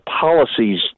policies